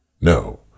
No